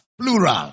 plural